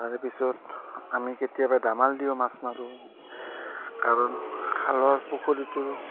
তাৰেপিছত আমি কেতিয়াবা দামাল দিওঁ মাছ মাৰোঁ কাৰণ খালৰ পুখুৰীটো